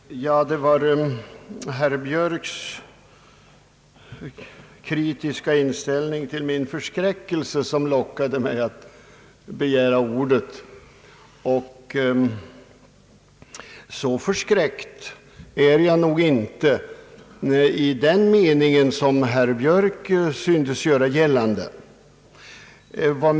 Herr talman! Det var herr Björks kritiska inställning till min förskräckelse som lockade mig att begära ordet, men så förskräckt är jag nog inte i den mening som herr Björk syntes göra gällande.